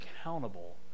accountable